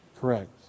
Correct